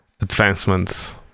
advancements